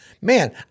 man